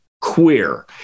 queer